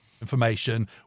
Information